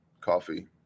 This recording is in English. Coffee